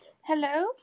Hello